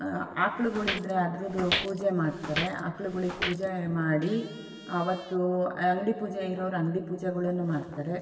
ಆಕಳುಗಳಿದ್ರೆ ಅದ್ರದ್ದು ಪೂಜೆ ಮಾಡ್ತಾರೆ ಆಕಳುಗಳಿಗೆ ಪೂಜೆ ಮಾಡಿ ಆವತ್ತು ಅಂಗಡಿ ಪೂಜೆ ಇರೋರು ಅಂಗಡಿ ಪೂಜೆಗಳನ್ನು ಮಾಡ್ತಾರೆ